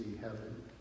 heaven